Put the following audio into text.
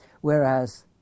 Whereas